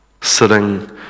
sitting